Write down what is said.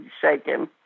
shaking